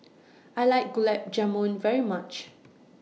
I like Gulab Jamun very much